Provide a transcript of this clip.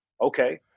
okay